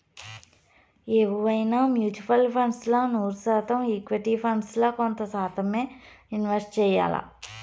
ఎవువైనా mutual funds ల నూరు శాతం ఈక్విటీ ఫండ్స్ ల కొంత శాతమ్మే ఇన్వెస్ట్ చెయ్యాల్ల